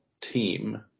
team